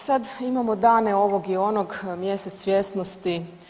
E sad imamo dane ovog i onog, mjesec svjesnosti.